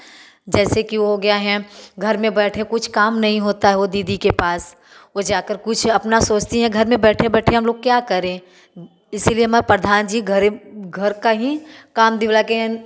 जैसे कि हो गया है घर में बैठे कुछ काम नहीं होता वह दीदी के पास वह जाकर कुछ अपना सोचती हैं घर में बैठे बैठे हम लोग क्या करें इसीलिए मैं प्रधान जी घर घर का ही काम दिलवा कर